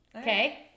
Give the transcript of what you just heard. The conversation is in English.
Okay